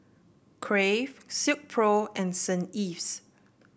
Crave Silkpro and Saint Ives